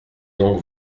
donc